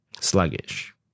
sluggish